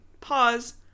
pause